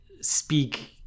speak